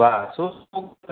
વાહ શું શું